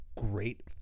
great